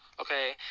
okay